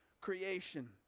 creation